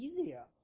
easier